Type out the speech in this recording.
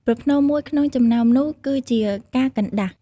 ប្រផ្នូលមួយក្នុងចំណោមនោះគឺជាការកណ្ដាស់។